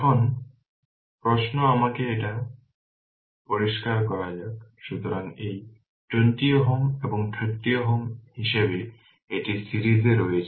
এখন প্রশ্ন আমাকে এটা পরিষ্কার করা যাক সুতরাং এই 20 Ω এবং 30 Ω হিসাবে এটি সিরিজে রয়েছে